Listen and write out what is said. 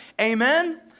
Amen